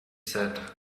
said